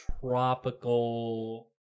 tropical